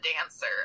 dancer